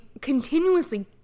continuously